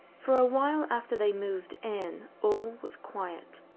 for a while after they moved in all was quiet.